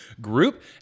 group